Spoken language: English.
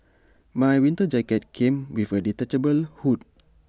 my winter jacket came with A detachable hood